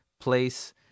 place